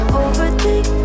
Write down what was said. overthink